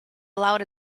allowed